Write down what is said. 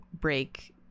break